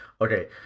Okay